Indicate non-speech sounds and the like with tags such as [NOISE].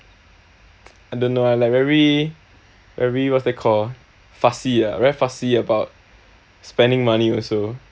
[NOISE] I don't know I like very very what's that called fussy ah very fussy about spending money also